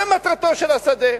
זו מטרתו של השדה.